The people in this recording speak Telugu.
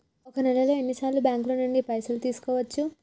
ఒక నెలలో ఎన్ని సార్లు బ్యాంకుల నుండి పైసలు తీసుకోవచ్చు?